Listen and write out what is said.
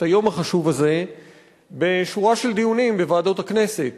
את היום החשוב הזה בשורה של דיונים בוועדות הכנסת.